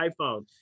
iPhone